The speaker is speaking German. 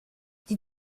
sie